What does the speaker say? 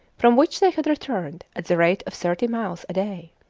from which they had returned at the rate of thirty miles a day.